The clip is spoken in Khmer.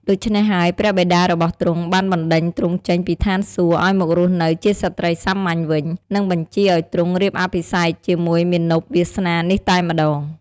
ដូច្នេះហើយ ព្រះបិតារបស់ទ្រង់បានបណ្ដេញទ្រង់ចេញពីឋានសួគ៌ឲ្យមករស់នៅ ជាស្រ្តីសាមញ្ញវិញ និងបញ្ជាឲ្យទ្រង់រៀបអភិសេកជាមួយមាណពវាសនានេះតែម្ដង។